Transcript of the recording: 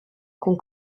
con